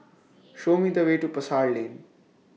Show Me The Way to Pasar Lane